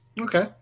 Okay